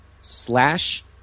slash